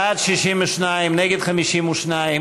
52,